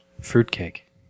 Fruitcake